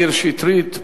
מאיר שטרית,